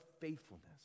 faithfulness